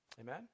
Amen